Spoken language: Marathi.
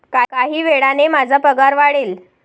काही वेळाने माझा पगार वाढेल